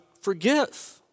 forgive